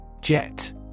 Jet